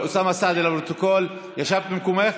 אוסאמה סעדי, לפרוטוקול, ישבת במקומך?